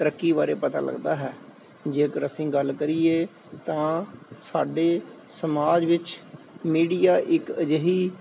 ਤਰੱਕੀ ਬਾਰੇ ਪਤਾ ਲੱਗਦਾ ਹੈ ਜੇਕਰ ਅਸੀਂ ਗੱਲ ਕਰੀਏ ਤਾਂ ਸਾਡੇ ਸਮਾਜ ਵਿੱਚ ਮੀਡੀਆ ਇੱਕ ਅਜਿਹੀ